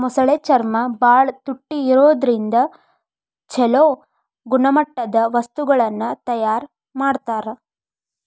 ಮೊಸಳೆ ಚರ್ಮ ಬಾಳ ತುಟ್ಟಿ ಇರೋದ್ರಿಂದ ಚೊಲೋ ಗುಣಮಟ್ಟದ ವಸ್ತುಗಳನ್ನ ತಯಾರ್ ಮಾಡ್ತಾರ